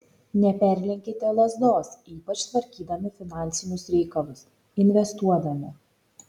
neperlenkite lazdos ypač tvarkydami finansinius reikalus investuodami